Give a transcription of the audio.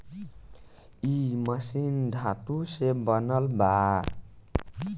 इ मशीन धातु से बनल बा